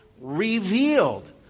Revealed